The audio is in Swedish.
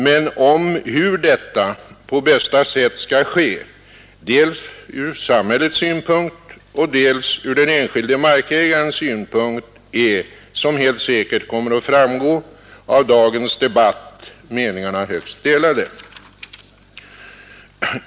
Men om hur detta på bästa sätt skall ske, dels från samhällets synpunkt, dels från den enskilde markägarens synpunkt är — som säkert kommer att framgå av dagens debatt — meningarna högst delade.